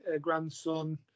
grandson